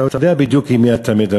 אתה יודע בדיוק עם מי אתה מדבר?